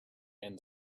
and